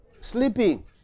Sleeping